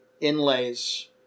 inlays